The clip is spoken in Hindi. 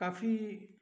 काफ़ी